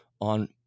on